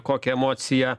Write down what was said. kokią emociją